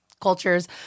cultures